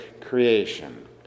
creation